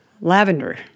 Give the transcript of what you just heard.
Lavender